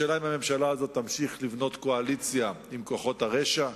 השאלה היא אם הממשלה הזאת תמשיך לבנות קואליציה עם כוחות הרשע,